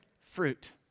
fruit